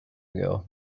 ago